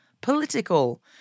political